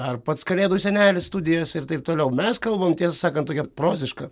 ar pats kalėdų senelis studijose ir taip toliau mes kalbam tiesą sakant tokia proziška